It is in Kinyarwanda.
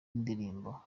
ndirimbo